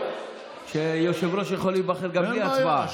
כך שיושב-ראש יכול להיבחר גם בלי הצבעה.